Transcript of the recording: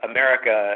America